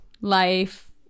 life